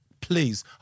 please